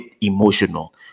emotional